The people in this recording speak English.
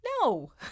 no